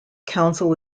council